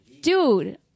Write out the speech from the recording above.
Dude